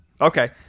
Okay